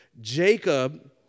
Jacob